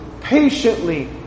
patiently